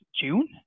June